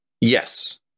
Yes